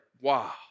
wow